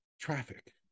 traffic